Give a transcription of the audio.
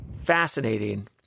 fascinating